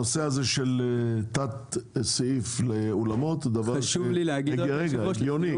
הנושא של תת-סעיף לאולמות הוא הגיוני.